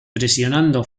presionando